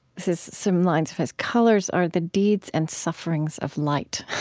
this is some lines of his colors are the deeds and sufferings of light.